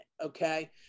okay